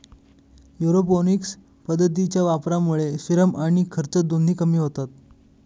aeroponics पद्धतीच्या वापरामुळे श्रम आणि खर्च दोन्ही कमी होतात